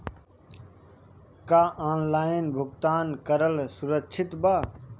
का ऑनलाइन भुगतान करल सुरक्षित बा?